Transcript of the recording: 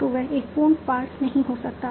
तो वह एक पूर्ण पार्स नहीं हो सकता है